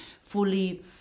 fully